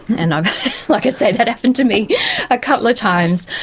and um like i said, that happened to me a couple of times,